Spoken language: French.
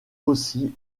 aussi